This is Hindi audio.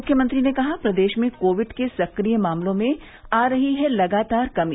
मुख्यमंत्री ने कहा प्रदेश में कोविड के सक्रिय मामलों में आ रही है लगातार कमी